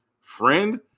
friend